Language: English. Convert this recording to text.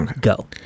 go